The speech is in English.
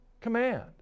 command